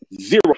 zero